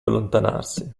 allontanarsi